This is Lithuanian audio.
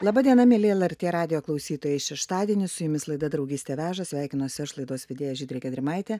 laba diena mieli lrt radijo klausytojai šeštadienį su jumis laida draugystė veža sveikinuosi aš laidos vedėja žydrė gedrimaitė